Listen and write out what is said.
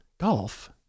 Golf